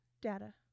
data